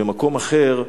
במקום אחר,